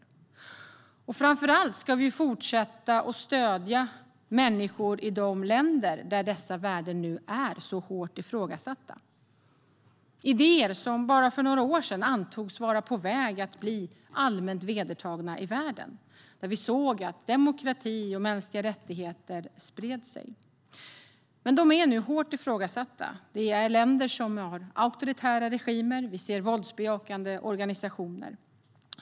Vi ska framför allt fortsätta stödja människor i länder där dessa värden nu är hårt ifrågasatta. Idéer som för bara några år sedan antogs vara på väg att bli allmänt vedertagna i världen - vi såg demokrati och mänskliga rättigheter spridas - är nu hårt ifrågasatta. Det handlar om länder som har auktoritära regimer. Vi ser också våldsbejakande organisationer.